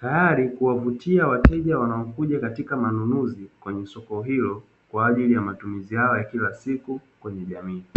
tayari kuwavutia wateja wanaokuja katika manunuzi kwenye soko hilo kwaajili ya matumizi yao ya kila siku kwenye jamii.